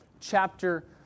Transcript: chapter